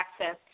access